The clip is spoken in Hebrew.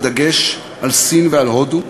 בדגש על סין ועל הודו,